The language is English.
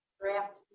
draft